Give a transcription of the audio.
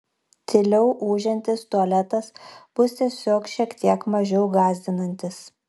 tyliau ūžiantis tualetas bus tiesiog šiek tiek mažiau gąsdinantis